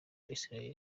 israel